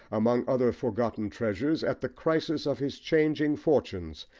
among other forgotten treasures, at the crisis of his changing fortunes,